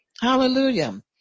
Hallelujah